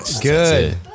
Good